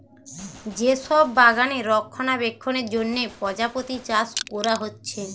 যে সব বাগানে রক্ষণাবেক্ষণের জন্যে প্রজাপতি চাষ কোরা হচ্ছে